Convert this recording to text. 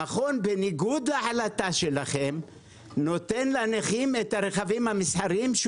המכון בניגוד להחלטה שלכם נותן לנכים רכבים מסחריים,